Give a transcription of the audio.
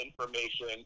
information